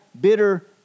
bitter